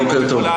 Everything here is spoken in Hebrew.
אביה מזרחי מגן,